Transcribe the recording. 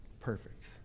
perfect